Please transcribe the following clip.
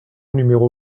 numéro